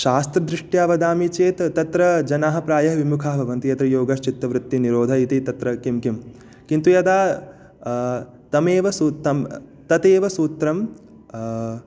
शास्त्रदृष्ट्या वदामि चेत् तत्र जनाः प्रायः विमुखाः भवन्ति यत्र योगश्चित्तवृत्ति निरोधः इति तत्र किं किं किन्तु यदा तमेव सूत्तं ततेव सूत्रं